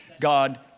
God